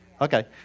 Okay